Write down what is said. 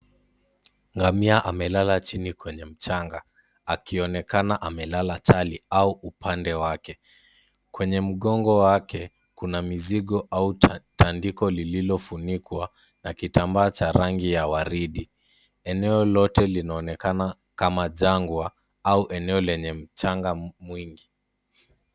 Ngamia amelala chini kwenye mchanga akionekana amelala chali ama upande wake. Kwenye mgongo wake kuna mizigo au tandiko lililofunikwa na kitambaa cha rangi ya waridi. Eneo lote linaonekana kama jangwa au eneo lenye mchanga mwingi.